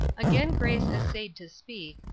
again grace essayed to speak,